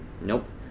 Nope